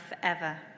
forever